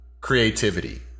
Creativity